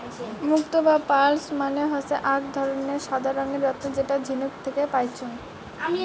মুক্তো বা পার্লস মানে হসে আক ধরণের সাদা রঙের রত্ন যেটা ঝিনুক থাকি পাইচুঙ